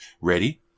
ready